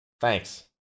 thanks